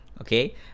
okay